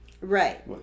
right